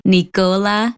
Nicola